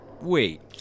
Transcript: Wait